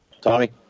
Tommy